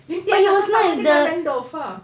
lim tian sama dengan randolf ah